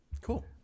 Cool